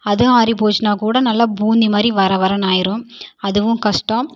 அதுவும் ஆறிப்போச்சுன்னா கூட நல்லா பூந்தி மாதிரி வர வரன்னு ஆயிரும் அதுவும் கஷ்டம்